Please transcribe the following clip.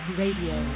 radio